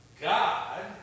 God